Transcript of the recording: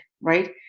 right